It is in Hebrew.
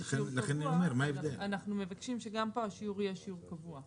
ולכן אנחנו מבקשים שגם פה הוא יהיה שיעור קבוע.